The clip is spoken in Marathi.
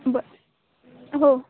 बरं हो